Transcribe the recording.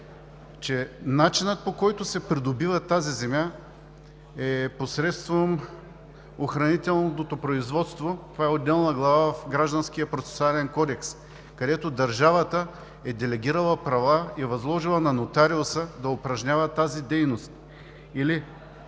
че начинът, по който се придобива тази земя, е посредством охранителното производство – това е отделна глава в Гражданския процесуален кодекс, където държавата е делегирала права и възложила на нотариуса да упражнява тази дейност. Или